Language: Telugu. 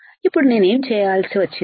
ఇప్పుడు నేను ఏమి చేయాల్సి వచ్చింది